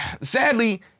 sadly